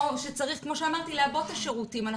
כמו שאמרתי, צריך לעבות את השירותים.